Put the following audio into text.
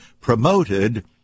promoted